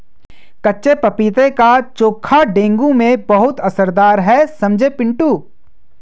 कच्चे पपीते का चोखा डेंगू में बहुत असरदार है समझे पिंटू